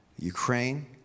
Ukraine